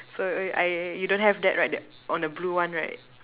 so I you don't have that right on the blue one right